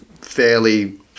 fairly